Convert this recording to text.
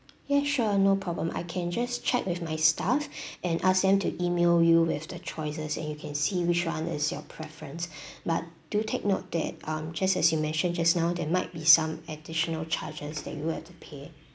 ya sure no problem I can just check with my staff and ask them to email you with the choices and you can see which one is your preference but do take note that um just as you mentioned just now there might be some additional charges that you have to pay